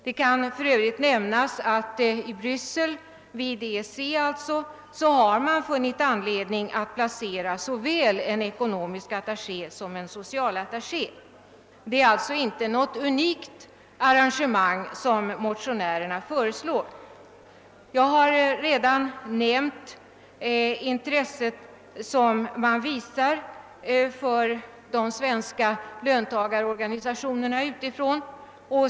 Det kan för övrigt nämnas att i Bryssel, vid EEC, har man funnit anledning att placera såväl en ekonomisk attaché som en socialattaché. Det är alltså inte något unikt arrange Jag har redan nämnt det intresse man utifrån visar för de svenska löntagarorganisationerna.